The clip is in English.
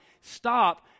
stop